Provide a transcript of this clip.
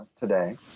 today